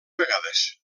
vegades